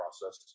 process